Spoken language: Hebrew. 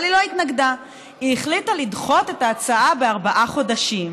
אבל היא לא התנגדה: היא החליטה לדחות את ההצעה בארבעה חודשים.